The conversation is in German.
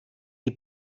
die